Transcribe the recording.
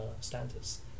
standards